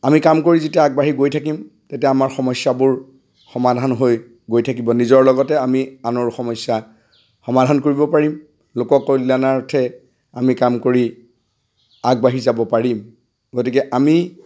আমি কাম কৰি যেতিয়া আগবাঢ়ি গৈ থাকিম তেতিয়া আমাৰ সমস্যাবোৰ সমাধান হৈ গৈ থাকিব নিজৰ লগতে আমি আনৰো সমস্যা সমাধান কৰিব পাৰিম লোক কল্যাণাৰ্থে আমি কাম কৰি আগবাঢ়ি যাব পাৰিম গতিকে আমি